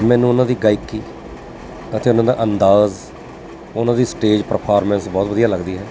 ਮੈਨੂੰ ਉਹਨਾਂ ਦੀ ਗਾਇਕੀ ਅਤੇ ਉਹਨਾਂ ਦਾ ਅੰਦਾਜ਼ ਉਹਨਾਂ ਦੀ ਸਟੇਜ ਪਰਫੋਰਮੈਂਸ ਬਹੁਤ ਵਧੀਆ ਲੱਗਦੀ ਹੈ